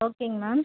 ஓகேங்க மேம்